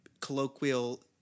colloquial